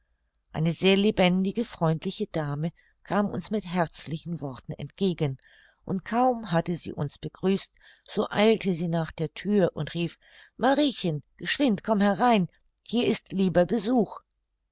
eine sehr lebendige freundliche dame kam uns mit herzlichen worten entgegen und kaum hatte sie uns begrüßt so eilte sie nach der thür und rief mariechen geschwind komm herein hier ist lieber besuch